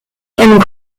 and